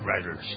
writers